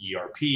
ERP